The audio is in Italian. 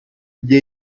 gli